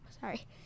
Sorry